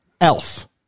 elf